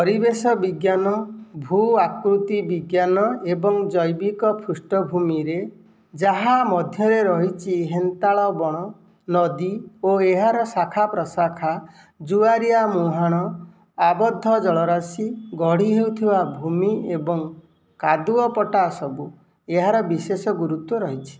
ପରିବେଶ ବିଜ୍ଞାନ ଭୂ ଆକୃତି ବିଜ୍ଞାନ ଏବଂ ଜୈବିକ ପୃଷ୍ଠଭୂମିରେ ଯାହା ମଧ୍ୟରେ ରହିଛି ହେନ୍ତାଳବଣ ନଦୀ ଓ ଏହାର ଶାଖାପ୍ରଶାଖା ଜୁଆରିଆ ମୁହାଣ ଆବଦ୍ଧ ଜଳରାଶି ଗଢ଼ି ହେଉଥିବା ଭୂମି ଏବଂ କାଦୁଅପଟା ସବୁ ଏହାର ବିଶେଷ ଗୁରୁତ୍ୱ ରହିଛି